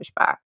pushback